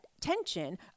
tension